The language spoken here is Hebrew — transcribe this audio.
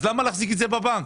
אז למה להחזיק את זה בבנק?